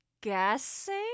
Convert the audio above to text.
guessing